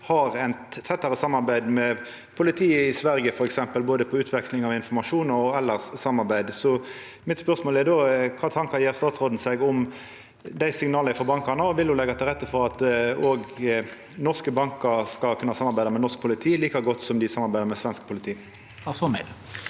har eit tettare samarbeid med politiet i Sverige, f.eks., både på utveksling av informasjon og samarbeid elles. Mitt spørsmål er då: Kva tankar gjer statsråden seg om dei signala frå bankane, og vil ho leggja til rette for at òg norske bankar skal kunna samarbeida med norsk politi, like godt som dei samarbeider med svensk politi?